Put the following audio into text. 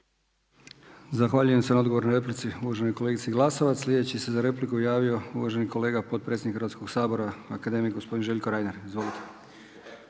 Zahvaljujem se odgovor na replici uvaženoj kolegici Glasovac. Sljedeći se za repliku javio uvaženi kolega potpredsjednik Hrvatskog sabora akademik gospodin Željko Reiner. Izvolite.